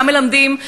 מה מלמדים,